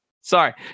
Sorry